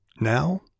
Now